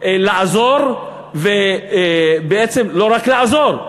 לא רק לעזור,